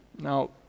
Now